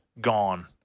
gone